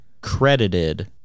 credited